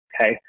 okay